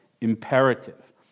imperative